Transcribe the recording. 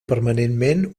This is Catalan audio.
permanentment